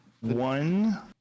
One